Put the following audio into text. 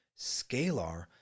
Scalar